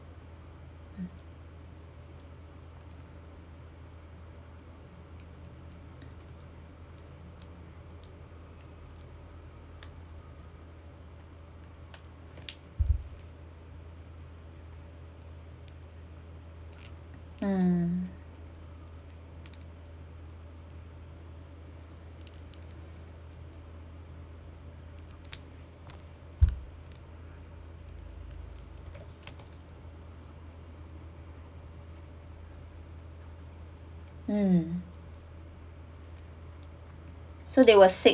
um um um